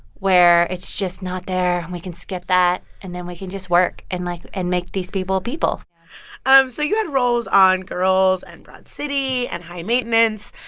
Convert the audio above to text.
where it's just not there, and we can skip that, and then we can just work and, like and make these people people um so you had roles on girls and broad city and high maintenance.